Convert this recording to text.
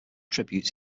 tributes